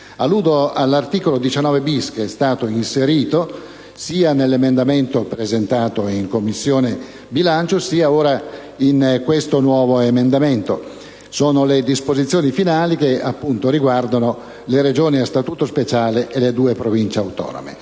Alludo all'articolo 19-*bis*, che è stato inserito sia nell'emendamento presentato in Commissione bilancio, sia ora in questo nuovo emendamento: si tratta delle disposizioni finali che, appunto, riguardano le Regioni a statuto speciale e le due Province autonome.